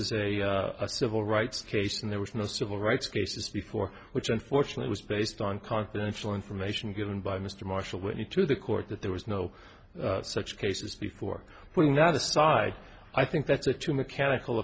is a civil rights case and there was no civil rights cases before which unfortunately was based on confidential information given by mr marshall went into the court that there was no such cases before putting that aside i think that's a too mechanical